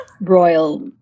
royal